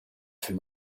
für